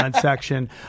section